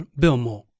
Bilmo